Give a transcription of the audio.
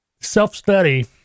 Self-study